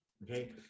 Okay